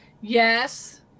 Yes